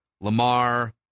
Lamar